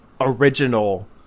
original